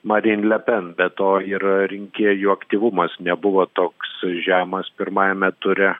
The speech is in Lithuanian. marin le pen be to ir rinkėjų aktyvumas nebuvo toks žemas pirmajame ture